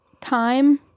time